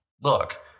Look